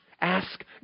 ask